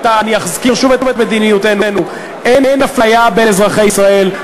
ואזכיר שוב את מדיניותנו: אין אפליה בין אזרחי ישראל,